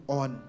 on